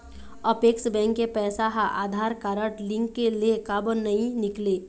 Apex bank के पैसा हा आधार कारड लिंक ले काबर नहीं निकले?